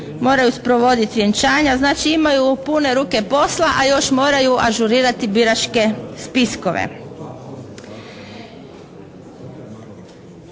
moraju sprovoditi vjenčanja, znači imaju pune ruke posla, a još moraju ažurirati biračke spiskove.